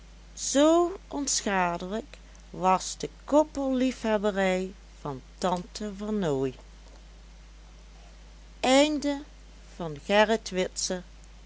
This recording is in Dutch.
zoo onschadelijk was de koppelliefhebberij van tante vernooy